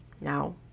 Now